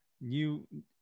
new